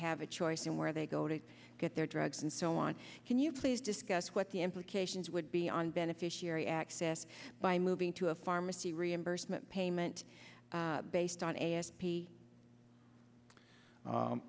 have a choice in where they go to get their drugs and so on can you please discuss what the implications would be on beneficiary access by moving to a pharmacy reimbursement payment based on a s p